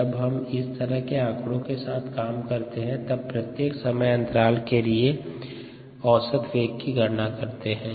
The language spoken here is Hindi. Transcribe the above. जब हम इस तरह के आंकड़ो के साथ काम करते हैं तब प्रत्येक समयांतराल के लिए औसत वेग की गणना करते हैं